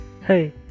Hey